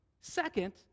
second